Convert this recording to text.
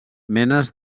menes